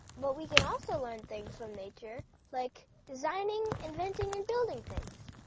but we can also learn things from nature like designing and renting and building things.